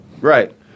Right